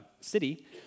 city